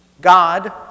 God